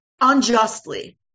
unjustly